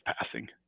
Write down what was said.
passing